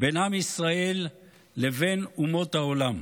בין עם ישראל לבין אומות העולם.